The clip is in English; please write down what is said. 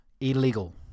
Illegal